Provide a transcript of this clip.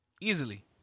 Easily